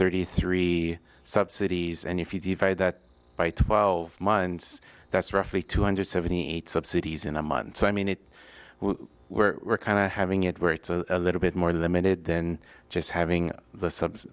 thirty three subsidies and if you divide that by twelve months that's roughly two hundred seventy eight subsidies in a month so i mean it we're kind of having it where it's a little bit more limited then just having the subs